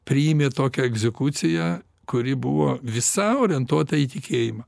priėmė tokią egzekuciją kuri buvo visa orientuota į tikėjimą